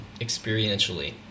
experientially